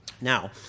Now